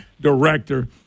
Director